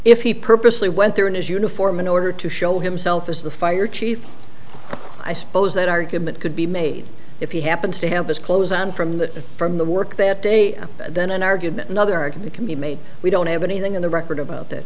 if he purposely went there in his uniform in order to show himself as the fire chief i suppose that argument could be made if he happens to have his clothes on from that from the work that day then an argument another argument can be made we don't have anything in the record about that